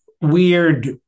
weird